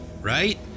right